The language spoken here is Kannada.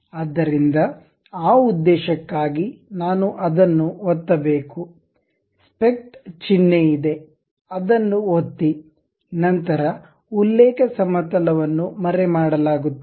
ಆದ್ದರಿಂದ ಆ ಉದ್ದೇಶಕ್ಕಾಗಿ ನಾನು ಅದನ್ನು ಒತ್ತಬೇಕು ಸ್ಪೆಕ್ಟ್ ಚಿಹ್ನೆ ಇದೆ ಅದನ್ನು ಒತ್ತಿ ನಂತರ ಉಲ್ಲೇಖ ಸಮತಲವನ್ನು ಮರೆಮಾಡಲಾಗುತ್ತದೆ